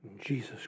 Jesus